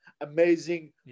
amazing